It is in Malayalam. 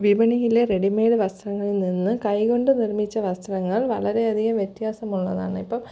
വിപണിയിലെ റെഡിമെയ്ഡ് വസ്ത്രങ്ങളിൽ നിന്ന് കൈകൊണ്ട് നിർമ്മിച്ച വസ്ത്രങ്ങൾ വളരെ അധികം വ്യത്യാസമുള്ളതാണ് ഇപ്പം